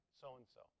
so-and-so